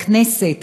לכנסת,